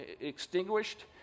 extinguished